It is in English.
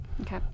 Okay